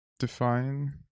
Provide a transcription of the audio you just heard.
define